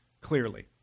clearly